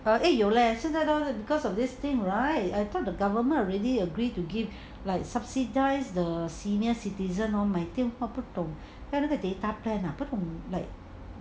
err eh 有 leh 现在 because of this thing right I thought the government already agreed to give like subsidise the senior citizen all the 电话不懂那个 data plan ah 不懂 like